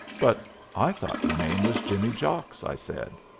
but i thought your name was jimmy jocks, i said.